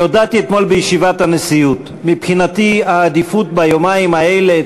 אני הודעתי אתמול בישיבת הנשיאות שמבחינתי העדיפות ביומיים האלה,